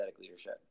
leadership